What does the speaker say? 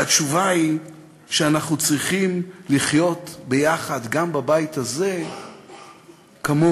והתשובה היא שאנחנו צריכים לחיות ביחד גם בבית הזה כמוהו